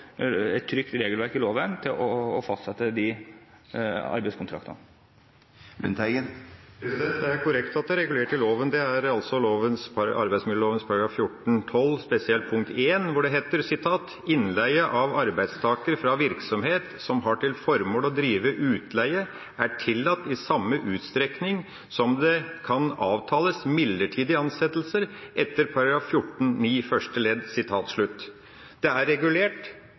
et trygt regelverk i loven til å fastsette arbeidskontraktene. Det er korrekt at det er regulert i loven, det er altså i arbeidsmiljøloven § 14-12, spesielt punkt 1, hvor det heter: «Innleie av arbeidstaker fra virksomhet som har til formål å drive utleie er tillatt i samme utstrekning som det kan avtales midlertidig ansettelse etter § 14-9 første ledd.» Det er regulert,